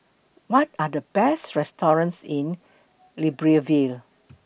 What Are The Best restaurants in Libreville